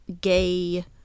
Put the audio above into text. gay